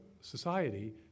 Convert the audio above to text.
society